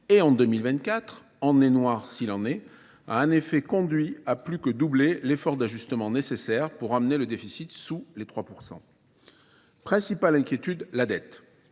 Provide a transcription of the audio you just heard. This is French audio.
et en 2024 en est noir s'il en est, a un effet conduit à plus que doubler l'effort d'ajustement nécessaire pour amener le déficit sous les 3%. Principal inquiétude, la dette.